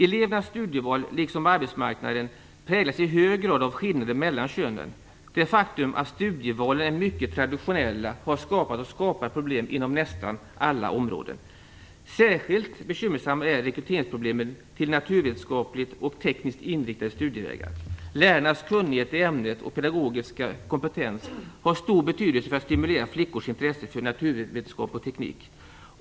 Elevernas studieval, liksom arbetsmarknaden, präglas i hög grad av skillnader mellan könen. Det faktum att studievalen är mycket traditionella har skapat och skapar problem inom nästan alla områden. Särskilt bekymmersamma är rekryteringsproblemen till naturvetenskapligt och tekniskt inriktade studievägar. Lärarnas kunnighet i ämnet och deras pedagogiska kompetens har stor betydelse för att stimulera flickors intresse för naturvetenskap och teknik.